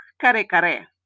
kare-kare